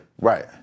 Right